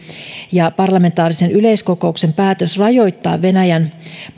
parlamentaarisen yleiskokouksen päätös rajoittaa venäjän